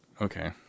Okay